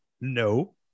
No